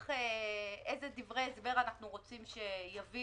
איזה דברי הסבר אנחנו רוצים שיביא